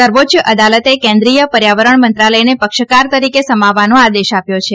સર્વોચ્ય અદાલતે કેન્દ્રિથ પર્યાવરણ મંત્રાલયને પક્ષકાર તરીકે સમાવવાનો આદેશ આપ્યો છે